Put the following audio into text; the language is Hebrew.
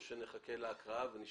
משרד הבריאות, אתם